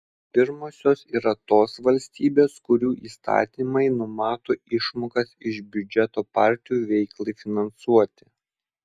pirmosios yra tos valstybės kurių įstatymai numato išmokas iš biudžeto partijų veiklai finansuoti